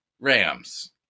Rams